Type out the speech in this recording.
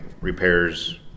repairs